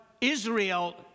Israel